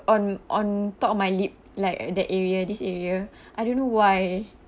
on on top of my lip like that area this area I don't know why